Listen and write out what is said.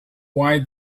why